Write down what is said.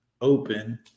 open